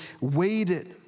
waited